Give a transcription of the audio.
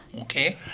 Okay